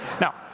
Now